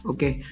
Okay